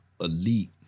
elite